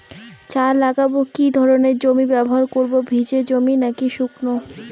চা লাগাবো কি ধরনের জমি ব্যবহার করব ভিজে জমি নাকি শুকনো?